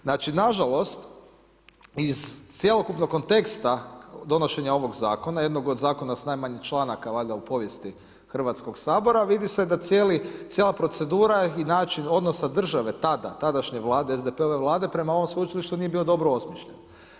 Znači nažalost, iz cjelokupnog konteksta donošenja ovog Zakona, jednog od zakona s najmanje članaka valjda u povijesti Hrvatskog sabora, vidi se da cijela procedura i način odnosa države tada, tadašnje Vlade, SDP-ove Vlade prema ovom sveučilištu nije bio dobro osmišljen.